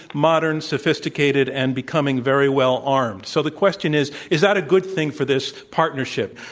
modern sophisticated, and becoming very well armed. so the question is, is that a good thing for this partnership,